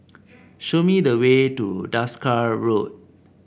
show me the way to Desker Road